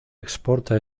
exporta